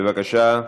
בבקשה,